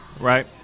right